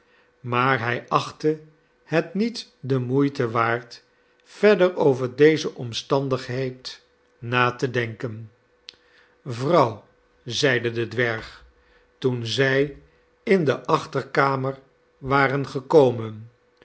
maar hij achtte het niet der moeite waard verder over deze omstandigheid na te denken vrouw zeide de dwerg toen zij in de achterkamer waren gekomen